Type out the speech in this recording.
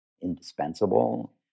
indispensable